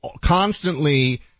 constantly